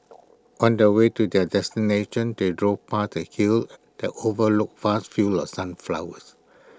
on the way to their destination they drove past A hill that overlooked vast fields of sunflowers